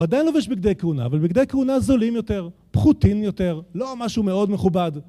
ודאי לובש בגדי כהונה, אבל בגדי כהונה זולים יותר, פחותים יותר, לא משהו מאוד מכובד